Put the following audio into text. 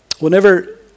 Whenever